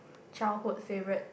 childhood favourite